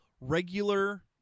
regular